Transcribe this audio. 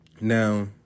Now